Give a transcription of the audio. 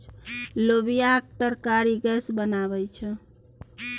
लोबियाक तरकारी गैस बनाबै छै